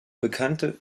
bekannte